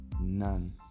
none